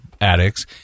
addicts